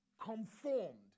conformed